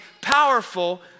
powerful